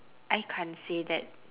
I can't say that